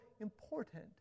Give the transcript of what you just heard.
important